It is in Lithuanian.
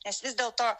nes vis dėlto